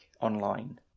online